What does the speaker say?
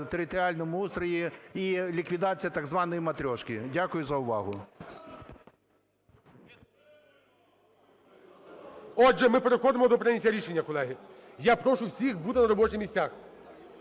територіальному устрої і ліквідація так званої "матрьошки". Дякую за увагу. ГОЛОВУЮЧИЙ. Отже, ми переходимо до прийняття рішення, колеги. Я прошу всіх бути на робочих місцях.